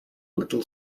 little